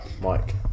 Mike